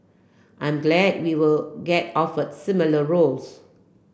I'm glad we will get offer similar roles